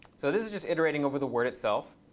so this is just iterating over the word itself,